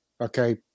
Okay